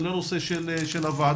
זה לא נושא של הוועדה,